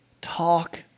Talk